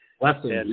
Blessings